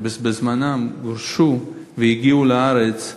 שבזמנם גורשו והגיעו לארץ,